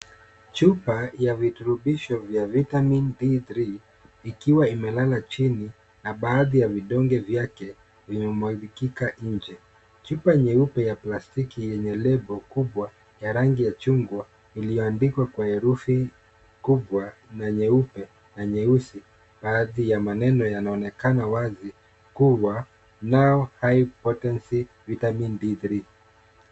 Chupa ya virutubisho vya Vitamin D3 ikiwa imelala chini na baadhi ya vidonge vyake vimemwagikika nje. Chupa nyeupe ya plastiki yenye lebo kubwa ya rangi ya chungwa iliyoandikwa kwa herufi kubwa na nyeupe na nyeusi. Baadhi ya maneno yanaonekana wazi kuwa Now High potency Vitamin D3 .